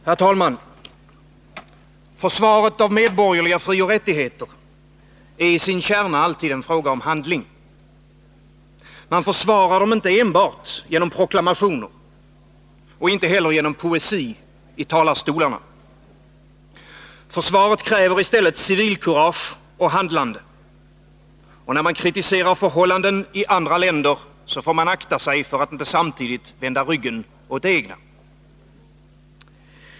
Herr talman! Försvaret av medborgerliga frioch rättigheter är i sin kärna alltid en fråga om handling. Man försvarar dem inte enbart genom proklamationer, inte heller genom poesi i talarstolarna. Försvaret kräver civilkurage och handlande. Och när man kritiserar förhållanden i andra länder får man akta sig för att inte samtidigt vända ryggen åt det egna.